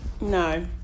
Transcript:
no